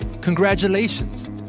congratulations